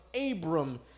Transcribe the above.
Abram